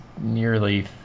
nearly